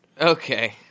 Okay